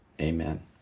Amen